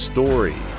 Story